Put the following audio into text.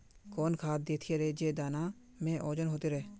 कौन खाद देथियेरे जे दाना में ओजन होते रेह?